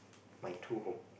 my true home